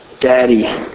Daddy